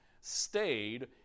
stayed